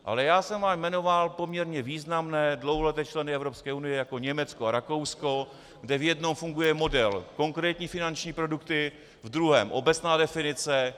Ale já jsem vám jmenoval poměrně významné dlouholeté členy Evropské unie, jako Německo a Rakousko, kde v jednom funguje model konkrétní finanční produkty, v druhém obecná definice.